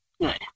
good